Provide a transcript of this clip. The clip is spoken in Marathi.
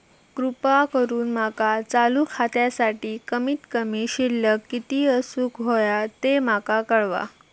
कृपा करून माका चालू खात्यासाठी कमित कमी शिल्लक किती असूक होया ते माका कळवा